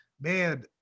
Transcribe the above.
man